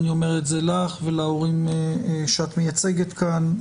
אני אומר את זה לך ולהורים שאת מייצגת כאן.